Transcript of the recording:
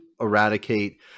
eradicate